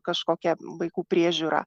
kažkokia vaikų priežiūra